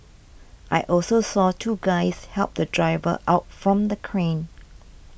I also saw two guys help the driver out from the crane